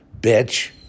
bitch